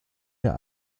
der